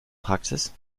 praxis